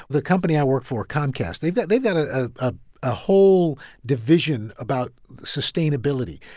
the company i work for comcast they've got they've got a ah ah whole division about sustainability.